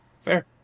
fair